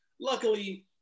Luckily